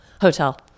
hotel